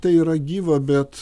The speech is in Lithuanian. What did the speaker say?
tai yra gyva bet